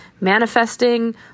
manifesting